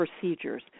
procedures